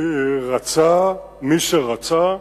רצה מי שרצה,